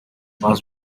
mas